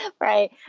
Right